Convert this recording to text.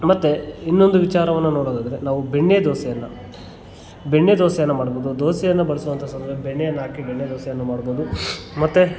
ಮತ್ತು ಇನ್ನೊಂದು ವಿಚಾರವನ್ನು ನೋಡೊದಾದ್ರೆ ನಾವು ಬೆಣ್ಣೆ ದೋಸೆಯನ್ನು ಬೆಣ್ಣೆ ದೋಸೆಯನ್ನು ಮಾಡ್ಬೌದು ದೋಸೆಯನ್ನು ಬಳಸುವಂಥ ಸಂದರ್ಭದಲ್ಲಿ ಬೆಣ್ಣೆಯನ್ನು ಹಾಕಿ ಬೆಣ್ಣೆ ದೋಸೆಯನ್ನು ಮಾಡ್ಬೌದು ಮತ್ತು